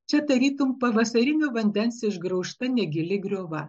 čia tarytum pavasarinio vandens išgraužta negili griova